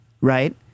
right